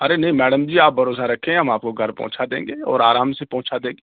ارے نہیں میڈم جی آپ بھروسہ رکھیں ہم آپ کو گھر پہنچا دیں گے اور آرام سے پہنچا دیں گے